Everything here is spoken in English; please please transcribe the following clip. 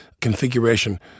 configuration